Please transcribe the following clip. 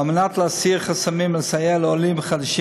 וכדי להסיר חסמים ולסייע לעולים חדשים